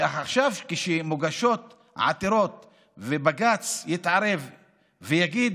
ועכשיו, כשמוגשות העתירות ובג"ץ יתערב ויגיד: